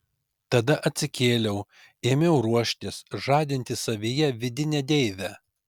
tada atsikėliau ėmiau ruoštis žadinti savyje vidinę deivę